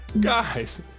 guys